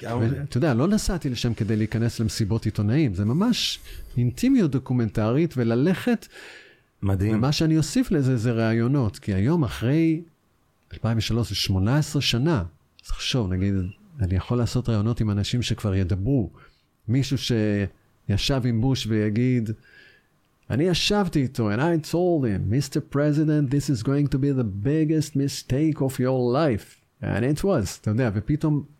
גאון. ואתה יודע, לא נסעתי לשם כדי להיכנס למסיבות עיתונאים, זה ממש אינטימיות דוקומנטרית, וללכת- מדהים. ומה שאני אוסיף לזה, זה רעיונות, כי היום, אחרי 2003, 18 שנה, אז תחשוב, נגיד, אני יכול לעשות רעיונות עם אנשים שכבר ידברו. מישהו שישב עם בוש ויגיד, "אני ישבתי איתו, and I told him, 'Mr. President, this is going to be the biggest mistake of your life.'" And it was, אתה יודע, ופתאום